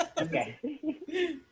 Okay